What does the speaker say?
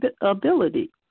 ability